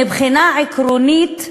מבחינה עקרונית,